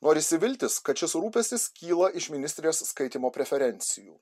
norisi viltis kad šis rūpestis kyla iš ministrės skaitymo preferencijų